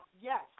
Yes